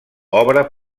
obra